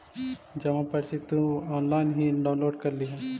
जमा पर्ची तुम ऑनलाइन ही डाउनलोड कर लियह